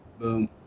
Boom